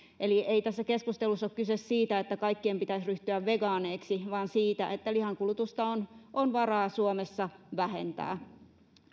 eli ei tässä keskustelussa ole kyse siitä että kaikkien pitäisi ryhtyä vegaaneiksi vaan siitä että lihankulutusta on varaa suomessa vähentää